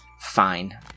Fine